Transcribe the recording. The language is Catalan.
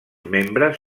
membres